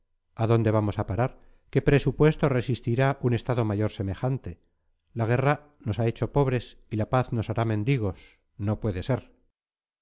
a dónde vamos a parar qué presupuesto resistirá un estado mayor semejante la guerra nos ha hecho pobres y la paz nos hará mendigos no puede ser